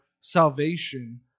salvation